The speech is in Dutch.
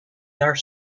jaar